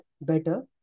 better